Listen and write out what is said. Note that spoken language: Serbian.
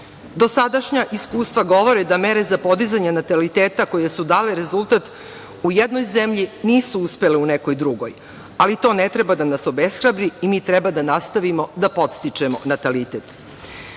Dosadašnja iskustva govore da mere za podizanje nataliteta koje su dale rezultat u jednoj zemlji, nisu uspele u nekoj drugoj, ali to ne treba da nas obeshrabri i mi treba da nastavimo da podstičemo natalitet. Srbija